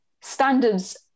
standards